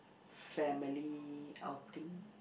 family outing